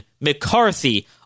McCarthy